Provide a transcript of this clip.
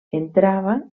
entrava